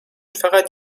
فقط